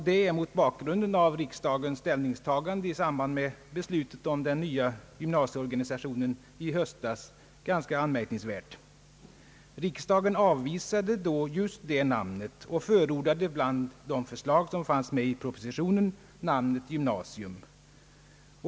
Detta är mot bakgrunden av riksdagens ställningstagande i samband med beslutet om den nya gymnasieorganisationen i höstas ganska anmärkningsvärt. Riksdagen avvisade nämligen då just det namnet och förordade bland de förslag som fanns med i propositionen namnet gymnasium.